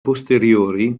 posteriori